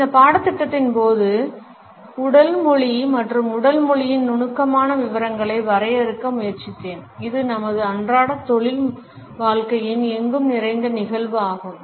இந்த பாடத்திட்டத்தின் போது உடல் மொழி மற்றும் உடல் மொழியின் நுணுக்கமான விவரங்களை வரையறுக்க முயற்சித்தேன் இது நமது அன்றாட தொழில் வாழ்க்கையின் எங்கும் நிறைந்த நிகழ்வு ஆகும்